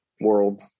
world